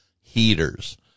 heaters